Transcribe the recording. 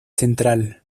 central